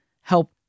help